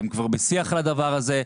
הם כבר בשיח על הדבר הזה.